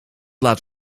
laat